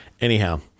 Anyhow